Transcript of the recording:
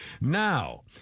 Now